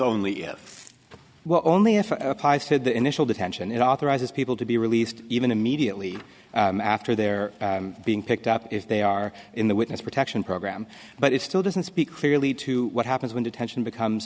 only if well only if applies to the initial detention it authorizes people to be released even immediately after they're being picked up if they are in the witness protection program but it still doesn't speak clearly to what happens when detention becomes